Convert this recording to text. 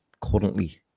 currently